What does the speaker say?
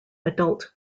adult